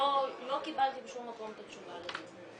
לא קיבלתי בשום מקום את התשובה לזה.